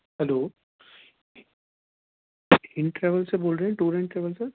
hello in travel سے بول رہے ہیں ٹور اینڈ ٹریول سر